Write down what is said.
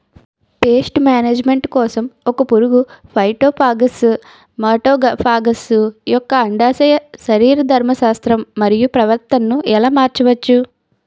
Paste management కోసం ఒక పురుగు ఫైటోఫాగస్హె మటోఫాగస్ యెక్క అండాశయ శరీరధర్మ శాస్త్రం మరియు ప్రవర్తనను ఎలా మార్చచ్చు?